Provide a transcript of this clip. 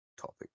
topic